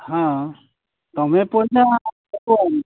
ହଁ ତୁମେ ପଇସା ଦେବ ଆଉ